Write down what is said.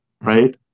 right